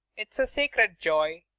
it's a sacred joy.